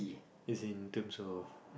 as in terms of